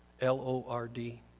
L-O-R-D